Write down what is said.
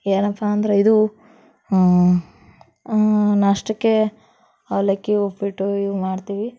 ಏನಪ್ಪ ಅಂದರೆ ಇದು ನಾಷ್ಟಕ್ಕೆ ಅವಲಕ್ಕಿ ಉಪ್ಪಿಟ್ಟು ಇವು ಮಾಡ್ತೀವಿ